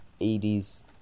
80s